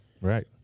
Right